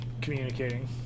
communicating